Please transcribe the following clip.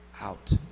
out